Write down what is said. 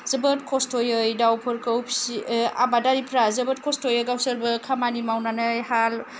जोबोद खस्थ'यै दाउफोरखौ फिसि आबादारिफ्रा जोबोद खस्थ'यै गावसोरबो खामानि मावनानै हाल